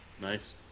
Nice